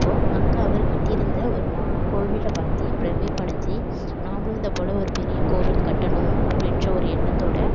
அப்போது அங்கே அவர் கட்டியிருந்த ஒரு மா கோவில் பார்த்து பிரமிப்படைஞ்சு நம்பளும் இதைப் போல் ஒரு பெரிய கோவில் கட்டணும் அப்படின்ற ஒரு எண்ணத்தோடு